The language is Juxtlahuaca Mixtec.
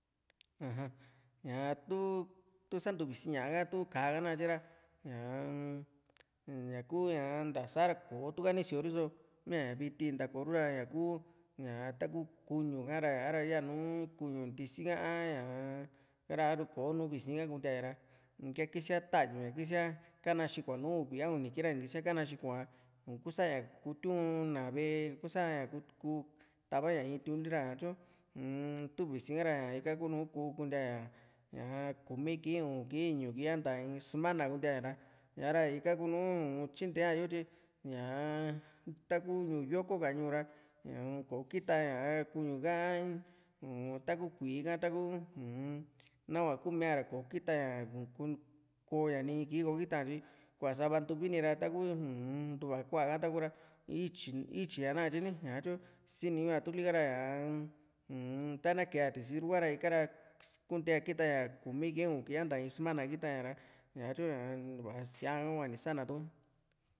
aja ña tu tu santuvisi ñaa ka tu ka´a kanatye ra ñaa-m ñaku ña nta sara kò´o tuka nisio rios miaña viti ni ntakorura ña ña kuu taku kuñu ha´ra ña´ra yanu kuñu ntisi ha a´ñaa ra aru kò´o nu visi ka kuntiaña ra ika kisia ta´yu ña kisia ka´na xiko nùù uvi a uni kii ra ni kisia ka´na xiko ña u´kusaña kutiuna ve´e i´kusaña ku ku ta´va ña in tiu´n li ra ñatyu uu-n tu visi ka´ra ña ñaka kuu nùù kuntíaa ña ña kumi kii u´un kii iñu kii a nta in sumana kuntiaña ra ñaara ika kuu nu´u tyintea yo tyi ñaa taku ñuu yoko ka ñuu ra ña ko kita ña ra kuñu ka uu taku kui´i ha taku uu-n nahua kumia ra kò´o kita ña koo ña in kii kò´o kita ña tyi kua´a sava ntuvini ra ra taku uu-n ntuva ku´a ha taku ra ítyi ítyi´a na katye ni ña tyu siniñu´a tuli ka ra ñaa uu-n ta´na kee´a tisi tuka ra ikara kuntea kita ña kumi kii u´un kii a nta in sumana kita ña ra ñatyu ña ntu´va síaa hua ni sa´na tuka